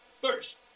first